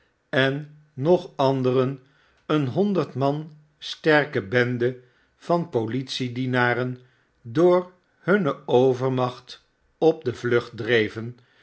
en nog anderen eene honderd man sterke bende van politiedienaren door hunne overmacht op de vlucht dreven